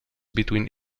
between